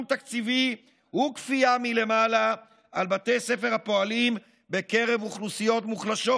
תקציבי וכפייה מלמעלה על בתי ספר הפועלים בקרב אוכלוסיות מוחלשות.